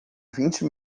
vinte